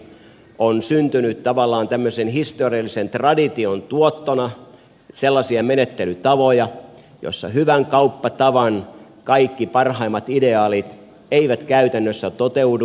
on syntynyt tavallaan tämmöisen historiallisen tradition tuottona sellaisia menettelytapoja joissa hyvän kauppatavan kaikki parhaimmat ideaalit eivät käytännössä toteudu